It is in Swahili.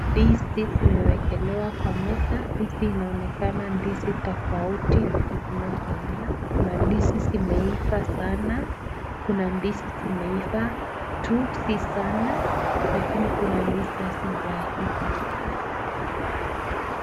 Ndizi zimewekelewa kwa meza, ndizi inaonekana ndizi tofauti vile tunavyoona , kuna ndizi zimeiva sana, kuna ndizi zimeiva tu si sana lakini kuna ndizi hazijaiva.